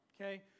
Okay